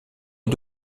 est